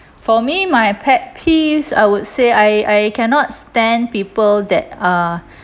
for me my pet peeves I would say I I cannot stand people that uh